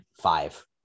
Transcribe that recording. Five